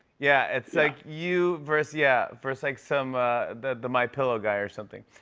yeah, it's like you versus yeah. versus like some the the my pillow guy or something.